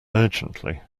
urgently